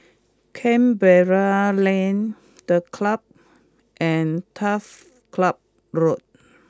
Canberra Lane The Club and Turf Ciub Road